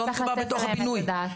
לא מדובר בתוך הבינוי,